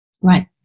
Right